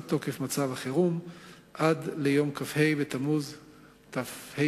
תוקף מצב החירום עד ליום כ"ה בתמוז התשס"ט,